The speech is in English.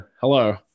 Hello